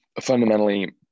Fundamentally